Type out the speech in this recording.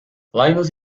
linus